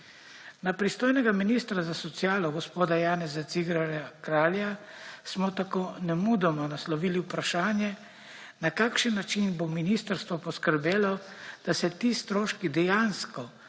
Na pristojnega ministra za socialo gospoda Janeza Ciglerja Kralja smo tako nemudoma naslovili vprašanje, na kakšen način bo ministrstvo poskrbelo, da se ti stroški dejansko